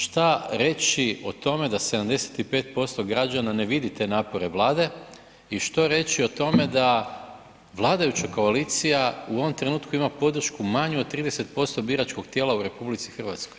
Što reći o tome da 75% građana ne vidi te napore Vlade i što reći o tome da vladajuća koalicija u ovom trenutku ima podršku manju od 30% biračkog tijela u RH.